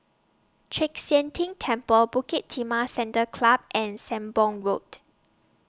Chek Sian Tng Temple Bukit Timah Saddle Club and Sembong Road